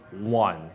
one